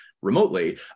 remotely